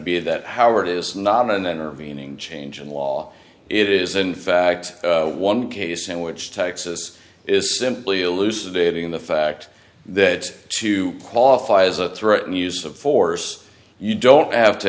be that howard is not an intervening change in law it is in fact one case in which texas is simply elucidating the fact that to qualify as a threat and use of force you don't have to